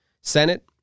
Senate